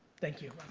thank you.